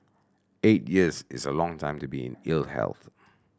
eight years is a long time to be in ill health